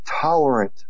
tolerant